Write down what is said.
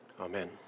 Amen